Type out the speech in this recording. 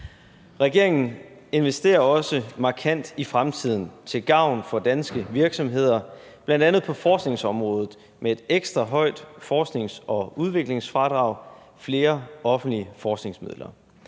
Regeringen investerer også markant i fremtiden til gavn for danske virksomheder, bl.a. på forskningsområdet, med et ekstra højt forsknings- og udviklingsfradrag, flere offentlige forskningsmidler.